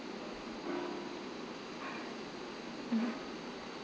mm